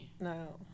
No